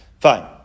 Fine